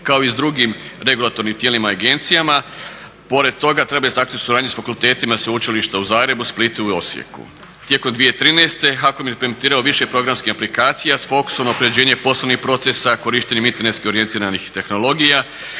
kao i s drugim regulatornim tijelima i agencijama. Pored toga treba istaknuti suradnju sa fakultetima sveučilišta u Zagrebu, Splitu i Osijeku. Tijekom 2013. HAKOM je implementirao više programskih aplikacija sa …/Govornik se ne razumije./… unapređenje poslovnih procesa, korištenje internetski orijentiranih tehnologija